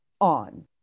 on